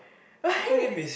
why